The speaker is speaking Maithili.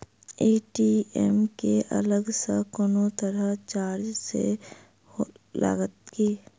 ए.टी.एम केँ अलग सँ कोनो तरहक चार्ज सेहो लागत की?